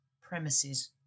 premises